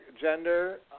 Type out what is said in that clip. gender